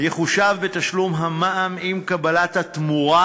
יחויב בתשלום המע"מ עם קבלת התמורה,